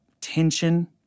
tension